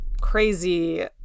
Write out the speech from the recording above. crazy